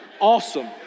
awesome